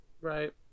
Right